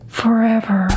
forever